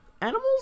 animals